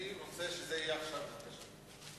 אני רוצה שזה יהיה עכשיו בבקשה,